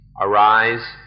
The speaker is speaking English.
arise